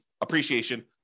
appreciation